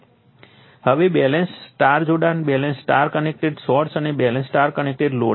હવે balance Y જોડાણ balance Y connected source અને બેલેન્સ Y કનેક્ટેડ લોડ છે